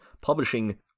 publishing